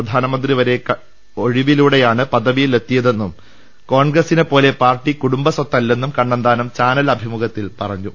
പ്രധാനമന്ത്രിവരെ കഴിവിലൂ ടെയാണ് പദവിയിൽ എത്തിയതെന്നും കോൺഗ്രസിനെപ്പോലെ പാർട്ടി കുടുംബസ്ത്തല്ലെന്നും കണ്ണന്താനം ചാനൽ അഭിമുഖത്തിൽ പറഞ്ഞു